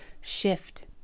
Shift